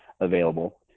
available